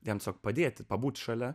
tiesiog padėti pabūti šalia